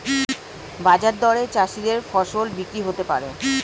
বাজার দরে চাষীদের ফসল বিক্রি হতে পারে